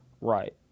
Right